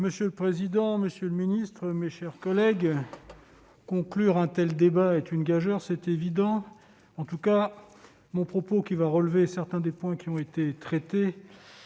Monsieur le président, monsieur le secrétaire d'État, mes chers collègues, conclure un tel débat est une gageure, c'est évident. En tout cas mon propos, qui va relever certaines des questions qui ont été abordées,